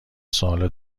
سوال